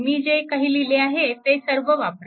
मी जे काही लिहिले आहे ते सर्व वापरा